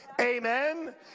amen